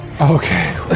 Okay